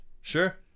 Sure